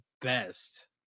best